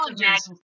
challenges